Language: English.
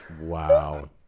Wow